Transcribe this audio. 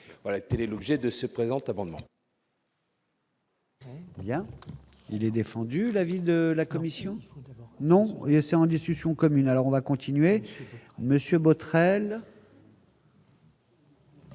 voilà, il est l'objet de se présente amendements.